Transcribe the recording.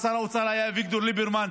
ושר האוצר היה אביגדור ליברמן,